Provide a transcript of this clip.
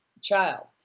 child